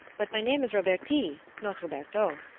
but my name is roberti, not roberto.